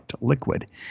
liquid